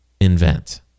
invent